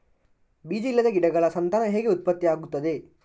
ಬೀಜ ಇಲ್ಲದ ಗಿಡಗಳ ಸಂತಾನ ಹೇಗೆ ಉತ್ಪತ್ತಿ ಆಗುತ್ತದೆ?